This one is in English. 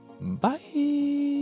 Bye